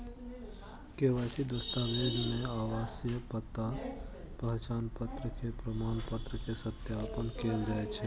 KYC दस्तावेज मे आवासीय पता, पहचान पत्र के प्रमाण के सत्यापन कैल जाइ छै